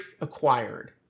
acquired